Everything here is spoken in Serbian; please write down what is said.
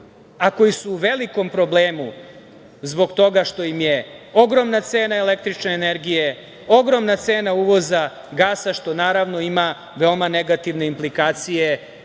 a koji su u velikom problemu zbog toga što im je ogromna cena električne energije, ogromna cena uvoza gasa, što naravno ima veoma negativne implikacije